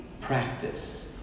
practice